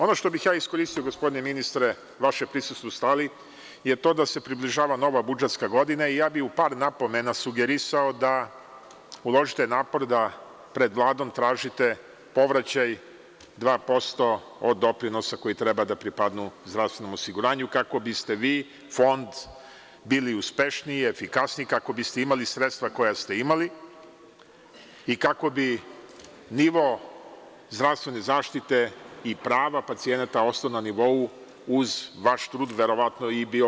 Ono za šta bih ja iskoristio, gospodine ministre, vaše prisustvo u sali, je to da se približava nova budžetska godina i ja bih u par napomena sugerisao da uložite napore da pred Vladom tražite povraćaj 2% od doprinosa koji treba da pripadnu zdravstvenom osiguranju kako biste vi, fond, bili uspešniji, efikasniji, kako biste imali sredstva koja ste imali i kako bi nivo zdravstvene zaštite i prava pacijenata ostao na nivou, uz vaš trud verovatno, i bio bolji.